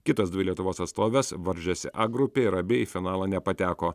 kitos dvi lietuvos atstovės varžėsi a grupėj ir abi į finalą nepateko